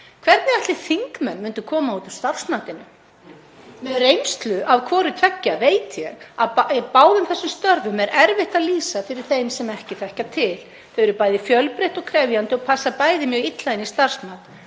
Hvernig ætli þingmenn myndu koma út úr starfsmatinu? Með reynslu af hvoru tveggja veit ég að báðum þessum störfum er erfitt að lýsa fyrir þeim sem ekki þekkja til. Þau eru bæði fjölbreytt og krefjandi og passa bæði mjög illa inn í starfsmat.